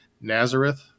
Nazareth